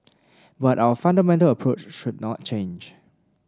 but our fundamental approach should not change